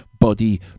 Body